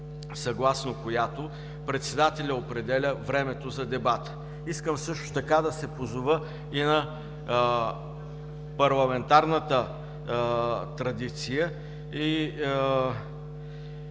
съгласно която председателят определя времето за дебати. Искам също така да се позова и на парламентарната традиция